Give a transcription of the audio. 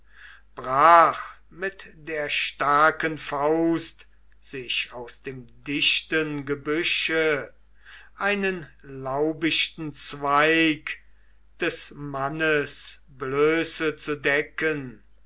brach mit der starken faust sich aus dem dichten gebüsche einen laubichten zweig des mannes blöße zu decken